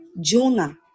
Jonah